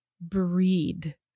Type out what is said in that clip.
breed